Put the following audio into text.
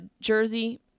Jersey